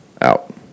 Out